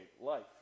life